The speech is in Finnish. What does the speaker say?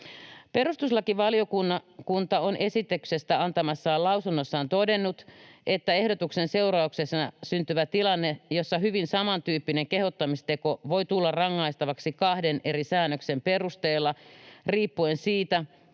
Perustuslakivaliokunta on esityksestä antamassaan lausunnossaan todennut, että ehdotuksen seurauksena syntyvä tilanne, jossa hyvin samantyyppinen kehottamisteko voi tulla rangaistavaksi kahden eri säännöksen perusteella riippuen siitä,